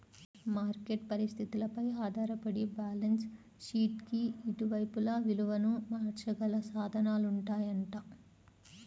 market పరిస్థితులపై ఆధారపడి balance షీట్కి ఇరువైపులా విలువను మార్చగల సాధనాలుంటాయంట